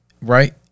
right